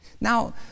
Now